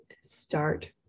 start